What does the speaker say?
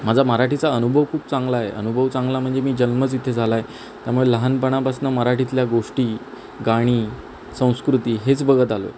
माझा मराठीचा अनुभव खूप चांगला आहे अनुभव चांगला म्हणजे मी जन्मच इथे झाला आहे त्यामुळे लहानपणापासनं मराठीतल्या गोष्टी गाणी संस्कृती हेच बघत आलो आहे